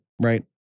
Right